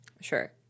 Sure